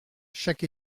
chaque